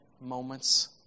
moments